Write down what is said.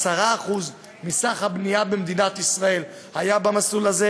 10% מסך הבנייה במדינת ישראל היה במסלול הזה,